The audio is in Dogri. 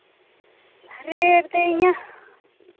रेट ते इ'य्यां